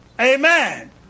Amen